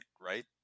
right